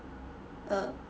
err